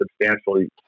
substantially